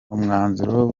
umwanzuro